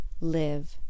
live